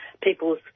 people's